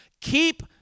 keep